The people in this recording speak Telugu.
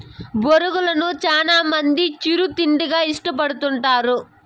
బొరుగులను చానా మంది చిరు తిండిగా ఇష్టపడతారు